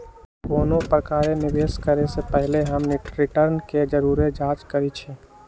कोनो प्रकारे निवेश करे से पहिले हम रिटर्न के जरुरे जाँच करइछि